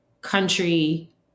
country